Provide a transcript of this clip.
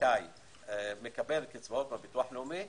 זכאי לקבל קצבאות מהביטוח הלאומי,